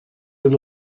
will